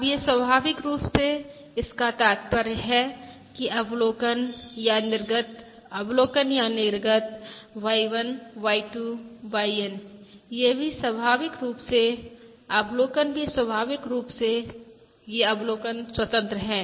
अब यह स्वाभाविक रूप से इसका तात्पर्य है कि अवलोकन या निर्गत अवलोकन या निर्गत Y1 Y2 YN ये भी स्वाभाविक रूप से अवलोकन भी स्वाभाविक रूप से ये अवलोकन स्वतंत्र हैं